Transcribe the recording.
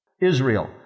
Israel